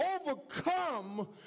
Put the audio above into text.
overcome